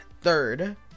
third